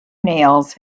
nails